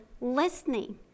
listening